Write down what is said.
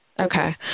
Okay